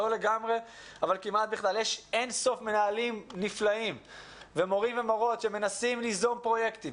יש אין סוף מנהלים נפלאים ומורים ומורות שמנסים ליזום פרויקטים